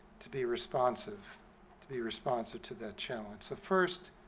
to be responsive to be responsive to that challenge. so first,